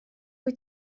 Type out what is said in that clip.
wyt